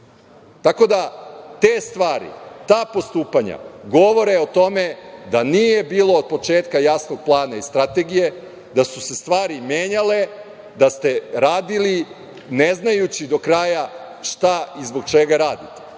da, te stvari, ta postupanja govore o tome da nije bilo od početka jasnog plana i strategije, da su se stvari menjale, da su se radile ne znajući do kraja šta i zbog čega radite.